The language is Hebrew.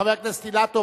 חבר הכנסת אילטוב,